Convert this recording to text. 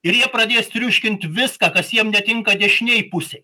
ir jie pradės triuškint viską kas jiem netinka dešinėj pusėj